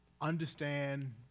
understand